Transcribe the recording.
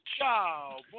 Ciao